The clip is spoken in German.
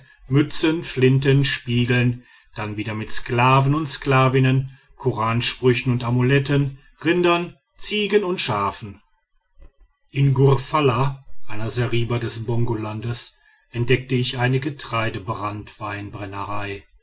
mützen flinten spiegeln dann wieder mit sklaven und sklavinnen koransprüchen und amuletten rindern ziegen und schafen in gurfala einer seriba des bongolandes entdeckte ich eine